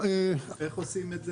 איך עושים את זה?